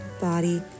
body